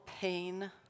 pain